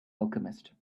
alchemist